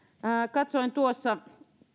katsoin tuossa